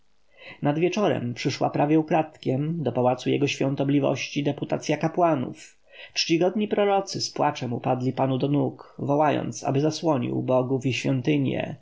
nad wieczorem przyszła prawie ukradkiem do pałacu jego świątobliwości deputacja kapłanów czcigodni prorocy z płaczem upadli panu do nóg wołając aby zasłonił bogów i świątynie